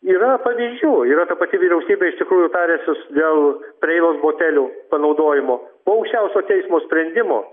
yra pavyzdžių yra ta pati vyriausybė iš tikrųjų tarėsis dėl preilos botelių panaudojimo po aukščiausio teismo sprendimo